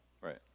right